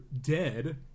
dead